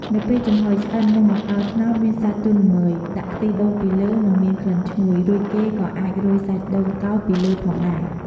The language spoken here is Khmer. នៅពេលចំហុយឆ្អិន នំអាកោត្នោតមានសាច់ទន់ល្មើយ ដាក់ខ្ទិះពីលើ និងមានក្លិនឈ្ងុយ រួចគេក៏អាចរោយសាច់ដូងកោសពីលើផងដែរ។